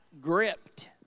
gripped